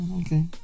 okay